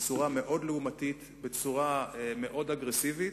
בצורה מאוד לעומתית, בצורה מאוד אגרסיבית.